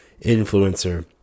influencer